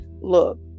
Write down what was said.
look